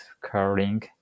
curling